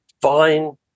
fine